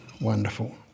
Wonderful